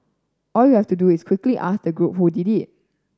all you have to do is quickly ask the group who did it